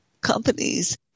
companies